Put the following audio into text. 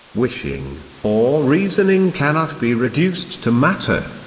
wishing, or reasoning cannot be reduced to matter.